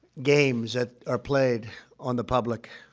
games that are played on the public.